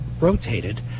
rotated